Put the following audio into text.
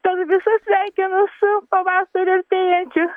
tad visus sveikinu su pavasariu artėjančiu